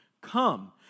Come